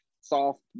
soft